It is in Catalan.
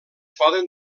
poden